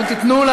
אם תיתנו לה